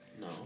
No